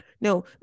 No